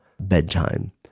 bedtime